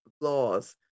laws